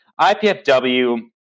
IPFW